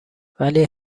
ولی